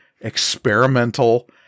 experimental